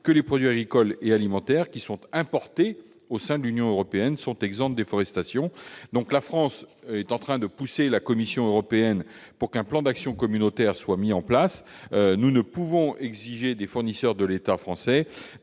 que les produits agricoles et alimentaires importés au sein de l'Union européenne sont exempts de déforestation. La France est en train de pousser la Commission européenne pour qu'un plan d'action communautaire soit mis en place. Nous ne pouvons exiger des fournisseurs de l'État français